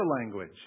language